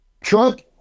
Trump